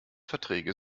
verträge